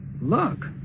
look